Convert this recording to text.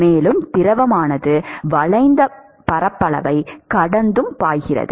மேலும் திரவமானது வளைந்த பரப்பளவைக் கடந்தும் பாய்கிறது